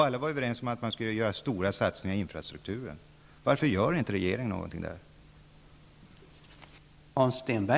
Alla är överens om att det skall göras stora satsningar på infrastrukturen. Varför gör inte regeringen någonting där?